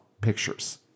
pictures